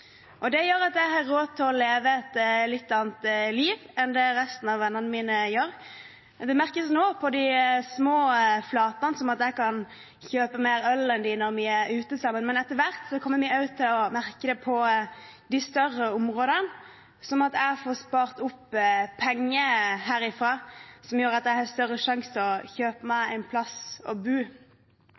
da. Det gjør at jeg har råd til å leve et litt annet liv enn det vennene mine gjør. Det merkes på de små flatene, som at jeg kan kjøpe mer øl enn dem når vi er ute sammen, men etter hvert kommer vi også til å merke det på de større områdene, som at jeg får spart opp penger herifra som gjør at jeg har større sjanse til å kjøpe meg en plass